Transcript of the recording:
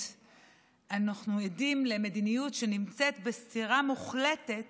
אנחנו עדים למדיניות שנמצאת בסתירה מוחלטת